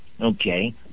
Okay